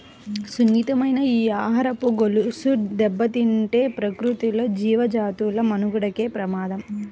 సున్నితమైన ఈ ఆహారపు గొలుసు దెబ్బతింటే ప్రకృతిలో జీవజాతుల మనుగడకే ప్రమాదం